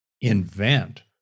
invent